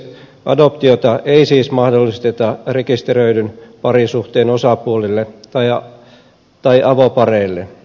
yhteisadoptiota ei siis mahdollisteta rekisteröidyn parisuhteen osapuolille tai avopareille